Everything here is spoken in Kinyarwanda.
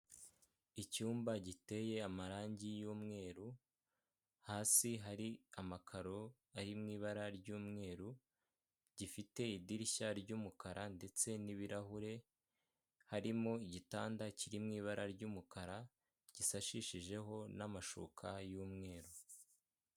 Icyumba giteye amarangi y'umweru hasi hari amakaro ari mu ibara ry'umweru gifite idirishya ry'umukara ndetse n'ibirahure harimo igitanda kiri mu ibara ry'umukara gisashishijeho n'amashuka y'umweru.